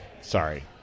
Sorry